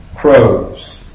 crows